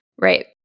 Right